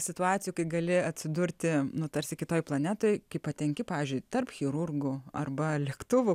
situacijų kai gali atsidurti nu tarsi kitoj planetoj kai patenki pavyzdžiui tarp chirurgų arba lėktuvų